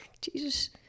Jesus